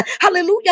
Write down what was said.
hallelujah